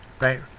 right